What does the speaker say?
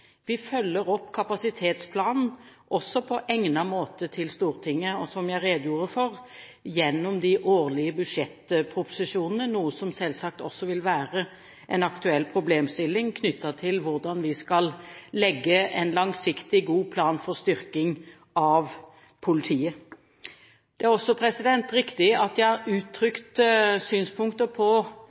Vi følger opp også kapasitetsplanen på egnet måte overfor Stortinget, og – som jeg redegjorde for – gjennom de årlige budsjettproposisjonene. Det vil selvsagt også være en aktuell problemstilling knyttet til hvordan vi skal legge en langsiktig, god plan for styrking av politiet. Det er også riktig at jeg har uttrykt synspunkter på